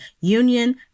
union